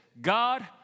God